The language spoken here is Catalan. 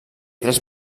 tres